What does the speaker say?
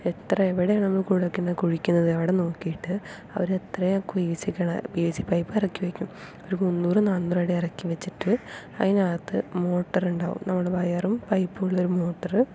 എത്ര എവിടെയാണോ നമ്മൾ കുഴൽക്കിണർ കുഴിക്കുന്നത് അവിടെ നോക്കീട്ട് അവർ എത്രയാ പി വി സി പൈപ്പ് ഇറക്കി വയ്ക്കും ഒരു മുന്നൂറ് നാന്നൂറ് അടി ഇറക്കി വെച്ചിട്ട് അതിനകത്ത് മോട്ടറുണ്ടാവും നമ്മൾ വയറും പൈപ്പും ഉള്ളൊരു മോട്ടറ്